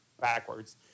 backwards